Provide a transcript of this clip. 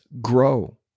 grow